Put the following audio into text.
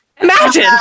Imagine